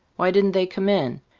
why didn't they come in?